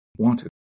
Wanted